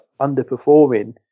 underperforming